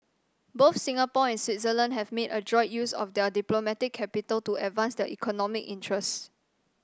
both Singapore and Switzerland have made adroit use of their diplomatic capital to advance their economic interests